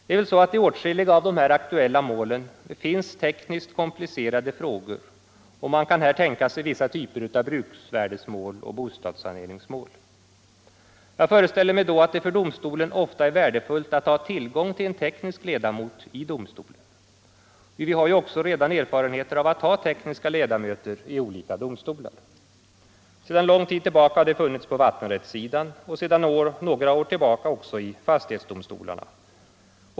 Det är väl så att det i åtskilliga av de här aktuella målen finns tekniskt komplicerade frågor. Man kan tänka sig vissa typer av bruksvärdesmål och bostadssaneringsmål. Jag föreställer mig då att det för domstolen ofta är värdefullt att ha tillgång till en teknisk ledamot i domstolen. Vi har ju också redan erfarenheter av tekniska ledamöter i olika domstolar. Sedan lång tid tillbaka har det funnits på vattenrättssidan och sedan några år tillbaka också i fastighetsdomstolarna.